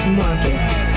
markets